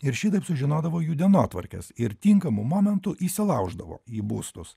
ir šitaip sužinodavo jų dienotvarkes ir tinkamu momentu įsilauždavo į būstus